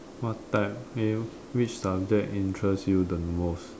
what type !aiyo! which subject interest you the most